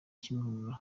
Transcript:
kimihurura